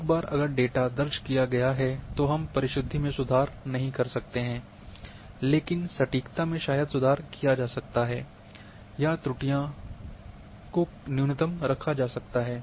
एक बार अगर डेटा दर्ज किया गया है तो हम परिशुद्धि में सुधार नहीं कर सकते हैं लेकिन सटीकता में शायद सुधार किया जा सकता है या त्रुटियां को न्यूनतम रखा जा सकता है